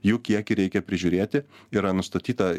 jų kiekį reikia prižiūrėti yra nustatyta